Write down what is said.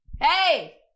Hey